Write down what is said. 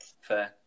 Fair